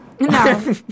No